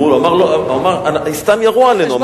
הוא אמר: סתם ירו עלינו.